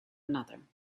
another